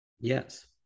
Yes